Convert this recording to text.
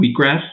wheatgrass